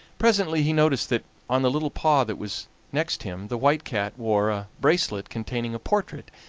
presently he noticed that on the little paw that was next him the white cat wore a bracelet containing a portrait,